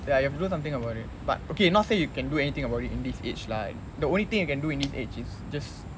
ya you have to do something about it but okay not say you can do anything about it in this age lah the only thing you can do in this age is just